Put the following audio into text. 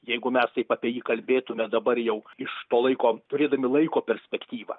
jeigu mes taip apie jį kalbėtume dabar jau iš to laiko turėdami laiko perspektyvą